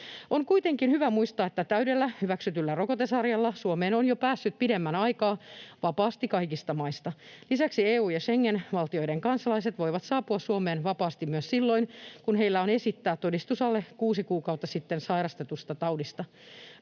On kuitenkin hyvä muistaa, että täydellä, hyväksytyllä rokotesarjalla Suomeen on jo päässyt pidemmän aikaa vapaasti kaikista maista. Lisäksi EU- ja Schengen-valtioiden kansalaiset voivat saapua Suomeen vapaasti myös silloin kun heillä on esittää todistus alle kuusi kuukautta sitten sairastetusta taudista.